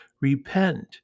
Repent